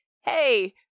hey